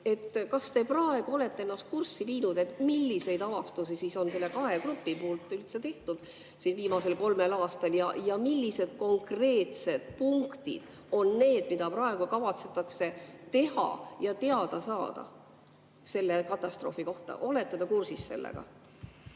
kas te praegu olete ennast kurssi viinud, milliseid avastusi on kaks gruppi teinud viimasel kolmel aastal ja millised konkreetsed punktid on need, mida praegu kavatsetakse teha ja mida teada saada selle katastroofi kohta? Olete te kursis sellega?